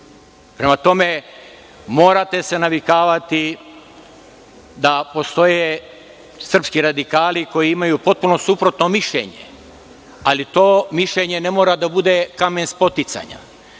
ima. Prema tome, morate se navikavati da postoje srpski radikali koji imaju potpuno suprotno mišljenje, ali to mišljenje ne mora da bude kamen spoticanja.